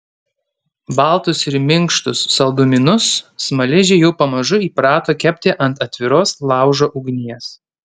baltus ir minkštus saldumynus smaližiai jau pamažu įprato kepti ant atviros laužo ugnies